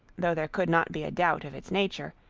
though there could not be a doubt of its nature,